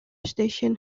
station